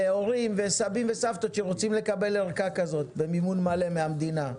להורים וסבים וסבתות שרוצים לקבל ערכה כזאת במימון מלא מהמדינה.